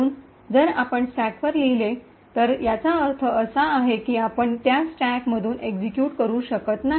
म्हणून जर आपण स्टॅकवर लिहिले तर याचा अर्थ असा आहे की आपण त्या स्टॅकमधून एक्सिक्यूट करू शकत नाही